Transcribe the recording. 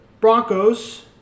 broncos